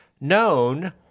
known